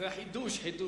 זה חידוש.